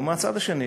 ומהצד השני,